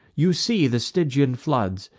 you see the stygian floods,